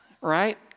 right